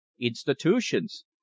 institutions